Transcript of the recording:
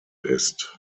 ist